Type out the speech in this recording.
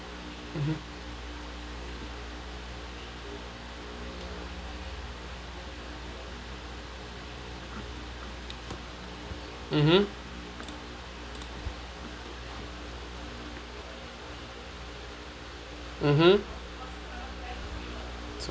mmhmm mmhmm